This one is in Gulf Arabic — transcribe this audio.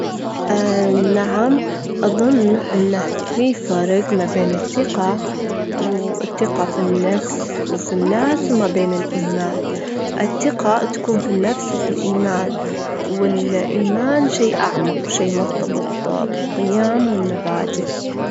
في مرة لجى شخص مفتاح صغير، لكن اكتشف إنه يجدر يفتح أي باب، بذا يفتح أبواب كل مكان، كل باب كان يوديه لمغامرة يديدة، ومعرفة أسرار ما كان يتخيلها، وأسرار يديدة.